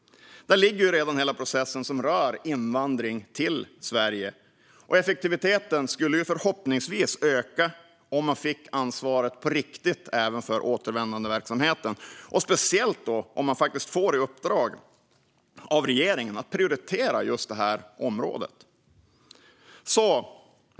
Där ligger redan hela processen som rör invandring till Sverige, och effektiviteten skulle förhoppningsvis öka om man fick ansvaret på riktigt även för återvändandeverksamheten. Det skulle speciellt gälla om man får i uppdrag av regeringen att prioritera just det här området.